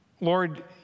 Lord